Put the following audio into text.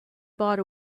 bought